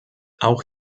auch